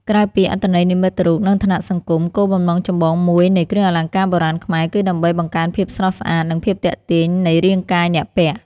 ក្រៅពីអត្ថន័យនិមិត្តរូប និងឋានៈសង្គម គោលបំណងចម្បងមួយនៃគ្រឿងអលង្ការបុរាណខ្មែរគឺដើម្បី បង្កើនភាពស្រស់ស្អាត និងភាពទាក់ទាញ នៃរាងកាយអ្នកពាក់។